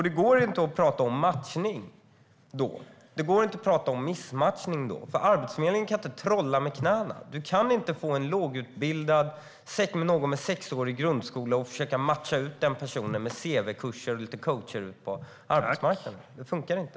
Det går inte att prata om matchning eller missmatchning då, för Arbetsförmedlingen kan inte trolla med knäna. En lågutbildad person med till exempel en sexårig grundskoleutbildning kan du inte matcha ut på arbetsmarknaden med några cv-kurser och coachning. Det funkar inte.